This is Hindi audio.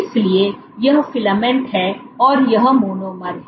इसलिए यह फिलामेंट है और यह मोनोमर है